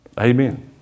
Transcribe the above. Amen